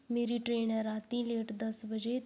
मेरी ट्रेन ऐ रातीं लेट दस बजे